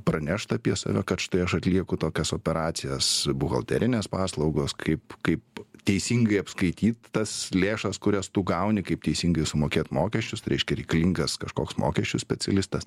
pranešt apie save kad štai aš atlieku tokias operacijas buhalterinės paslaugos kaip kaip teisingai apskaityt tas lėšas kurias tu gauni kaip teisingai sumokėt mokesčius tai reiškia reikalingas kažkoks mokesčių specialistas